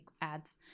ads